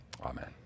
amen